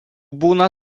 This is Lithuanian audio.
būna